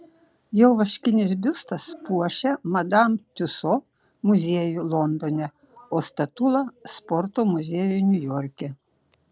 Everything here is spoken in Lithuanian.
jo vaškinis biustas puošia madam tiuso muziejų londone o statula sporto muziejų niujorke